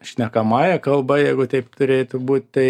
šnekamąja kalba jeigu taip turėtų būt tai